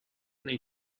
nei